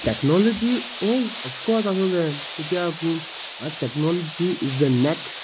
technology हय of course आसू ते कित्याकू आतां टॅक्नोलॉजी इज द नॅक्स्ट